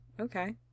Okay